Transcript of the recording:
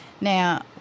Now